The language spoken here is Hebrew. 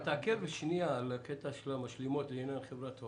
תתעכב על הקטע של המשלימות לעניין חברת הוט.